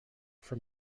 from